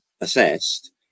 assessed